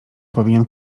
powinien